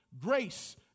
Grace